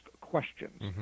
questions